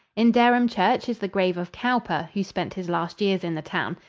in dereham church is the grave of cowper, who spent his last years in the town.